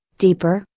deeper,